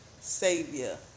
Savior